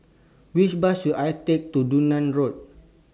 Which Bus should I Take to Dunearn Road